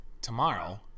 tomorrow